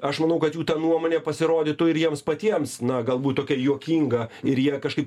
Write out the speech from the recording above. aš manau kad jų ta nuomonė pasirodytų ir jiems patiems na galbūt tokia juokinga ir jie kažkaip